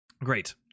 great